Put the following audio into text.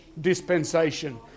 dispensation